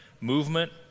movement